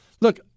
look